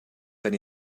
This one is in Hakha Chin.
kan